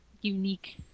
unique